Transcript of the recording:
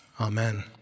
Amen